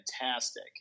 fantastic